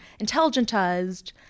intelligentized